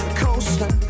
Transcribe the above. Coaster